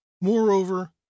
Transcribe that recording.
Moreover